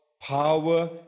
power